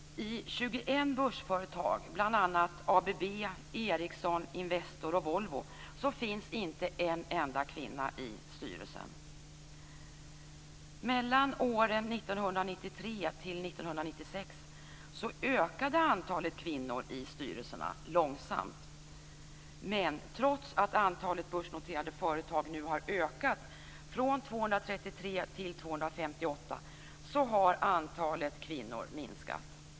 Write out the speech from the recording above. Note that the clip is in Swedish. I 21 börsföretag, bl.a. ABB, Ericsson, Investor och Volvo, finns inte en enda kvinna i styrelsen. Mellan åren 1993 och 1996 ökade antalet kvinnor i styrelserna långsamt, men trots att antalet börsnoterade företag nu har ökat från 233 till 258 har antalet kvinnor i styrelserna minskat.